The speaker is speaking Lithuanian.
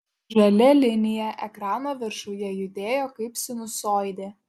žalia linija ekrano viršuje judėjo kaip sinusoidė